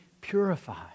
purified